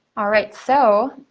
all right, so,